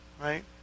Right